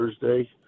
Thursday